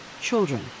children